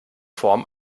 form